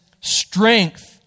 strength